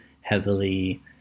heavily